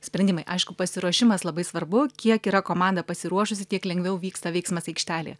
sprendimai aišku pasiruošimas labai svarbu kiek yra komanda pasiruošusi tiek lengviau vyksta veiksmas aikštelėje